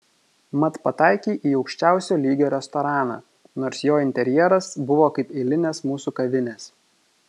mat pataikei į aukščiausio lygio restoraną nors jo interjeras buvo kaip eilinės mūsų kavinės